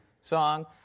song